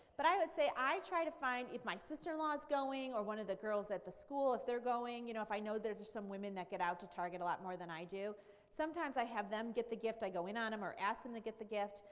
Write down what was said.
but i would say i try to find if my sister-in law is going or one of the girls at the school if they're going, you know if i know there's some women that get out to target a lot more than i do sometimes i have them get the gift, i go in on them or ask them to get the gift.